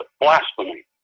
Blasphemy